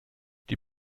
die